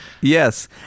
Yes